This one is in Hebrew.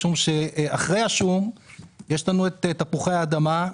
משום שאחרי השום יש לנו את תפוחי האדמה,